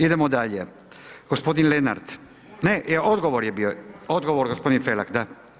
Idemo dalje, gospodin Lenart, ne odgovor je bio, odgovor gospodin Felak, da.